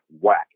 whack